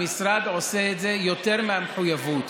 המשרד עושה את זה יותר מהמחויבות.